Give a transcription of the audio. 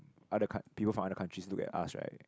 other people from other countries look at us right